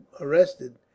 arrested